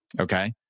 Okay